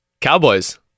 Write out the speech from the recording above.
Cowboys